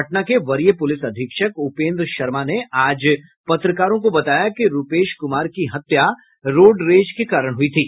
पटना के वरीय पुलिस अधीक्षक उपेन्द्र शर्मा ने आज पत्रकारों को बताया कि रूपेश कुमार की हत्या रोडरेज के कारण हुई थी